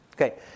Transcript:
Okay